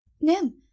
Nim